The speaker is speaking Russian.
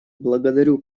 благодарю